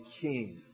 king